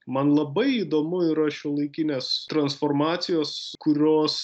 man labai įdomu yra šiuolaikinės transformacijos kurios